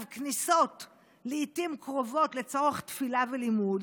כניסות לעיתים קרובות לצורך תפילה ולימוד,